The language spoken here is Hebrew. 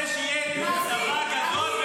יש מלחמה עכשיו.